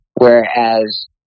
Whereas